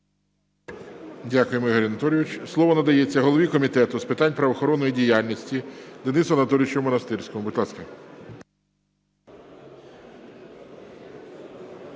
Дякуємо, Ігор Анатолійович. Слово надається голові Комітету з питань правоохоронної діяльності Денису Анатолійовичу Монастирському. Будь ласка.